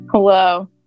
hello